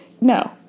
no